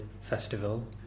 Festival